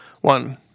One